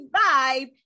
vibe